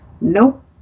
Nope